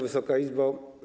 Wysoka Izbo!